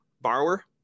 borrower